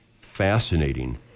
fascinating